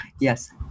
Yes